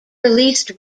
released